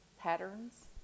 patterns